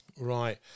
Right